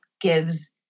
gives